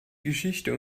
geschichte